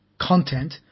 content